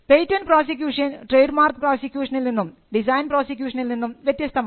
patent prosecution trade mark പ്രോസിക്യൂഷനിൽ നിന്നും design പ്രോസിക്യൂഷനിൽ നിന്നും വ്യത്യസ്തമാണ്